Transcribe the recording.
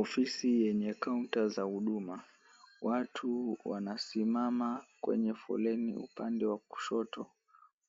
Ofisi yenye kaunta za huduma. Watu wanasimama kwenye foleni upande wa kushoto,